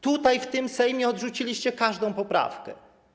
Tutaj, w tym Sejmie, odrzuciliście każdą poprawkę.